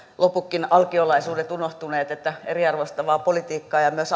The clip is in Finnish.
loputkin alkiolaisuudet unohtuneet että eriarvoistavaa politiikkaa ja myös